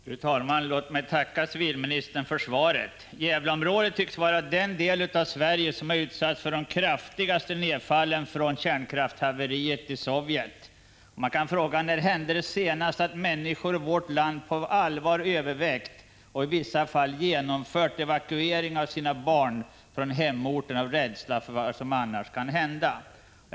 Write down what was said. Fru talman! Låt mig tacka civilministern för svaret. Gävleområdet tycks vara den del av Sverige som har utsatts för de kraftigaste nedfallen efter kärnkraftshaveriet i Sovjet. Man kan fråga: När hände det senast att människor i vårt land på allvar övervägt — och i vissa fall enomfört — evakuering av sina barn från hemorten av rädsla för vad som annars skulle kunna hända?